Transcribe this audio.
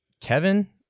Kevin